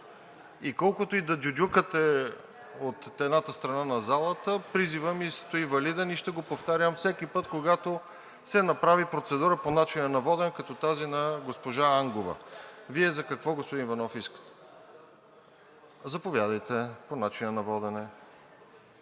И колкото и да дюдюкате от едната страна на залата, призивът ми стои валиден и ще го повтарям всеки път, когато се направи процедура по начина на водене, като тази на госпожа Ангова. Вие за какво искате, господин Иванов?